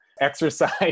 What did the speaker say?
exercise